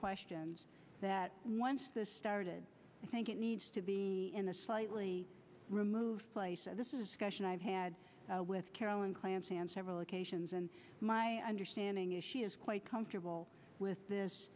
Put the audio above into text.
questions that once this started i think it needs to be in a slightly removed place and this is a question i've had with carolyn clancy and several locations and my understanding is she is quite comfortable with this